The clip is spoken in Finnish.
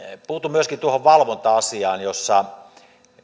puutun myöskin tuohon valvonta asiaan jossa